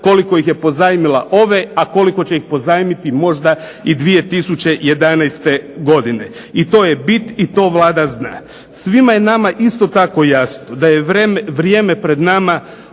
koliko ih je pozajmila ove, a koliko će ih pozajmiti možda 2011. godine. I to je bi i to Vlada zna. Svima nama je isto tako jasno da je vrijeme pred nama